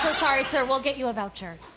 so sorry, sir. we'll get you a voucher.